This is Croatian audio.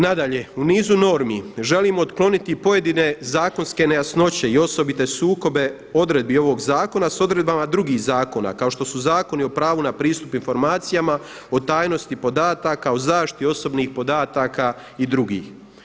Nadalje, u nizu normi želimo otkloniti pojedine zakonske nejasnoće i osobite sukobe odredbi ovog zakona s odredbama drugih zakona, kao što su Zakoni o pravu na pristup informacijama, o tajnosti podataka, o zaštiti osobnih podataka i drugih.